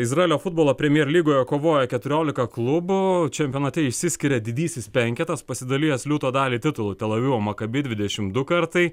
izraelio futbolo primer lygoje kovoja keturiolika klubų čempionate išsiskiria didysis penketas pasidalijęs liūto dalį titulu tel avivo maccabi dvidešimt du kartai